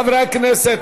חברי הכנסת,